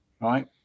right